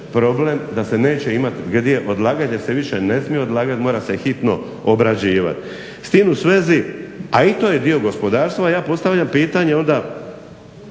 problem da se neće imati gdje odlagati jer se više ne smije odlagati. Mora se hitno obrađivati. S tim u svezi, a i to je dio gospodarstva. Ja postavljam pitanje onda